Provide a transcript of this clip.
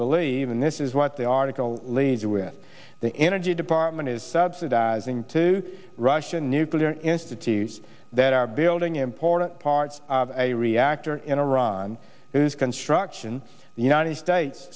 believe and this is what the article leaves with the energy department is subsidizing two russian nuclear institutes that are building important parts of a reactor in iran that is construction the united states